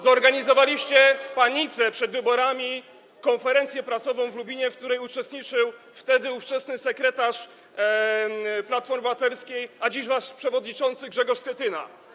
Zorganizowaliście w panice przed wyborami konferencję prasową w Lubinie, w której uczestniczył ówczesny sekretarz Platformy Obywatelskiej, a dziś wasz przewodniczący Grzegorz Schetyna.